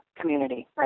community